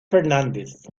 fernández